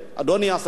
אדוני השר,